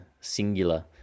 singular